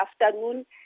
afternoon